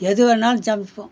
எது வேணுணாலும் சமைப்போம்